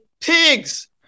pigs